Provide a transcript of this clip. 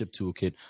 toolkit